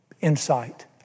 insight